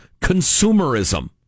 consumerism